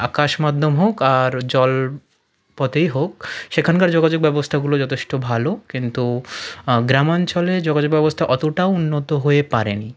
আকাশ মাধ্যম হোক আর জলপথেই হোক সেখানকার যোগাযোগ ব্যবস্থাগুলো যথেষ্ট ভালো কিন্তু গ্রামাঞ্চলে যোগাযোগ ব্যবস্থা অতটাও উন্নত হয়ে পারেনি